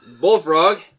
Bullfrog